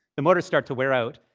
the motors start to wear out.